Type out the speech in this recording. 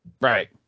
Right